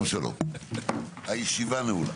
הישיבה נעולה.